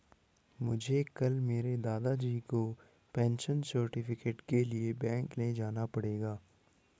मुझे कल मेरे दादाजी को पेंशन सर्टिफिकेट के लिए बैंक ले जाना पड़ेगा